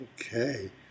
okay